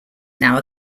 now